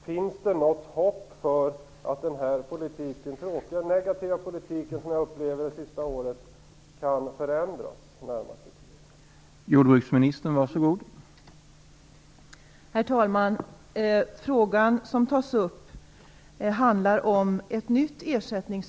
Finns det något hopp om att den enligt min mening tråkiga och negativa politik som förts det senaste året kan förändras under den närmaste tiden?